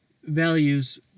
values